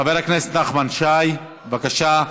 חבר הכנסת נחמן שי, בבקשה.